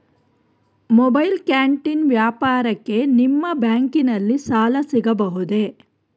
Mobile canteen ವ್ಯಾಪಾರಕ್ಕೆ ನಿಮ್ಮ ಬ್ಯಾಂಕಿನಲ್ಲಿ ಸಾಲ ಸಿಗಬಹುದೇ?